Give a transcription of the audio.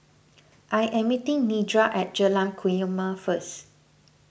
I am meeting Nedra at Jalan Kumia first